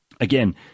again